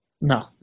No